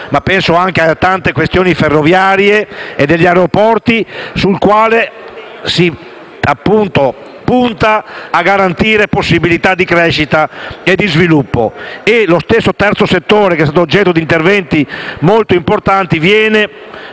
ma anche alle tante questioni ferroviarie e agli aeroporti), il quale punta a garantire possibilità di crescita e di sviluppo. Nello stesso terzo settore, che è stato oggetto di interventi molto importanti, viene